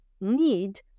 need